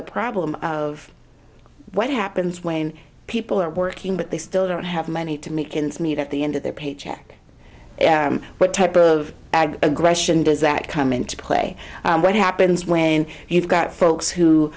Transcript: the problem of what happens when people are working but they still don't have money to make ends meet at the end of their paycheck what type of ad aggression does that come into play and what happens when you've got folks who